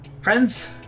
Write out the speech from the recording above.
Friends